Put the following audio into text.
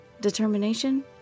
Determination